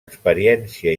experiència